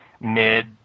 mid